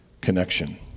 connection